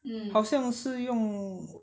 好像是用